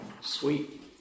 sweet